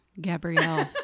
Gabrielle